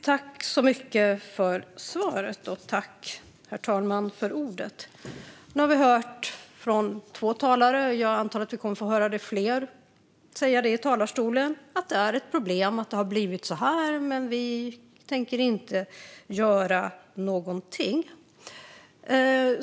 Herr talman! Tack, ledamoten, för svaret! Nu har vi hört från två talare - och jag antar att vi kommer att få höra det sägas fler gånger i talarstolen - att man anser att det är ett problem att det har blivit så här men att man inte tänker göra någonting.